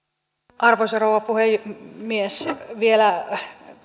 arvoisa rouva puhemies vielä